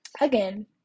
Again